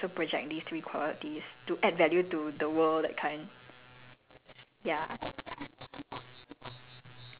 really believe in that like not only should I be friends with people like that I should also project these three qualities to add value to the world that kind